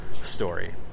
story